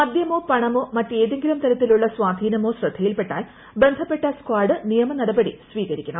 മദ്യമോ പണമോ മറ്റേതെങ്കിലും തരത്തിലുള്ള സ്വാധീനമോ ശ്രദ്ധയിൽ പെട്ടാൽ ബന്ധപ്പെട്ട സ്കാഡ് നിയമനടപടി സ്വീകരിക്കണം